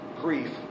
grief